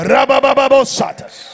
Rababababosatas